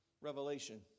Revelation